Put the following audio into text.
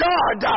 God